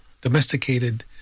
domesticated